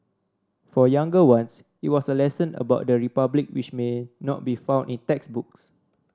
for younger ones it was a lesson about the republic which may not be found in textbooks